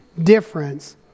difference